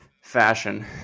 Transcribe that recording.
fashion